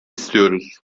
istiyoruz